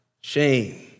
shame